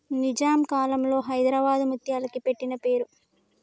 నిజాం కాలంలో హైదరాబాద్ ముత్యాలకి పెట్టిన పేరు